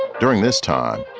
during this time,